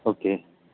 okay